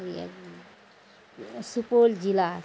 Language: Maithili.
अररिया जिला सुपौल जिला